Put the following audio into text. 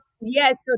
yes